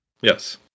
Yes